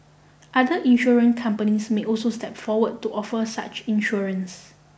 other insurance companies may also step forward to offer such insurance